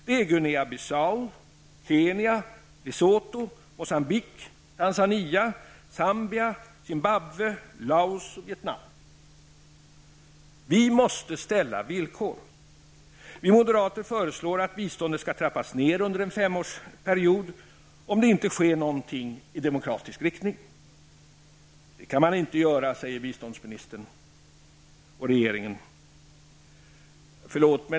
Det är Guinea-Bissau, Vi måste ställa villkor. Vi moderater föreslår att biståndet skall trappas ner under en 5-årsperiod om det inte sker något i demokratisk riktning. Det kan man inte göra, säger biståndsministern och regeringen.